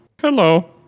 Hello